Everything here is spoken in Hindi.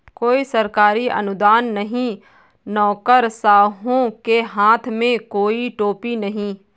कोई सरकारी अनुदान नहीं, नौकरशाहों के हाथ में कोई टोपी नहीं